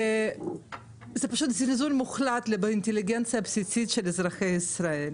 וזה פשוט זלזול מוחלט באינטליגנציה הבסיסית של אזרחי ישראל.